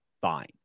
fine